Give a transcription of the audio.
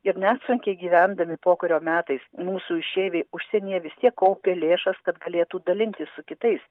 ir net sunkiai gyvendami pokario metais mūsų išeiviai užsienyje vis tiek kaupė lėšas kad galėtų dalintis su kitais